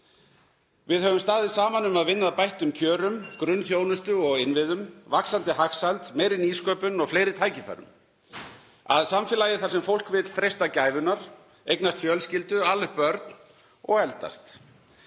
Við höfum staðið saman um að vinna að bættum kjörum, grunnþjónustu og innviðum, vaxandi hagsæld, meiri nýsköpun og fleiri tækifærum, að samfélagi þar sem fólk vill freista gæfunnar, eignast fjölskyldu, ala upp börn og eldast.